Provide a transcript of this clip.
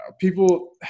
People –